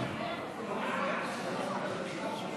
לכהונה של חבר מועצה),